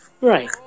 right